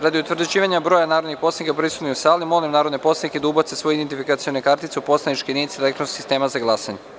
Radi utvrđivanja broja narodnih poslanika prisutnih u sali, molim narodne poslanike da ubace svoje identifikacione kartice u poslaničke jedinice elektronskog sistema za glasanje.